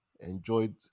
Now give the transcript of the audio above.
Enjoyed